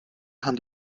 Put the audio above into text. haben